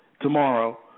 tomorrow